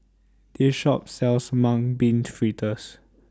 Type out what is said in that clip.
This Shop sells Mung Bean Fritters